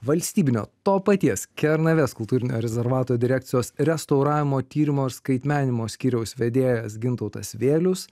valstybinio to paties kernavės kultūrinio rezervato direkcijos restauravimo tyrimo ir skaitmeninimo skyriaus vedėjas gintautas vėlius